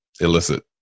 illicit